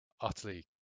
utterly